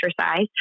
exercise